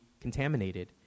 contaminated